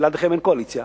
בלעדיכם אין קואליציה,